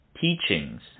teachings